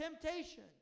temptation